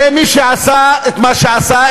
הרי מי שעשה את מה שעשה,